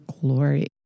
glory